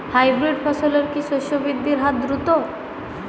Hybrid ফসলের কি শস্য বৃদ্ধির হার দ্রুত?